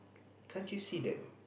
can't you see that